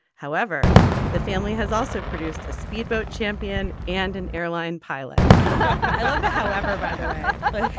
however the family has also produced a speedboat champion and an airline pilot however but but